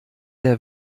der